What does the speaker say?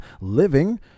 living